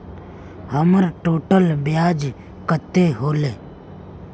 हमर टोटल ब्याज कते होले?